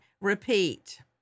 Repeat